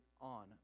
on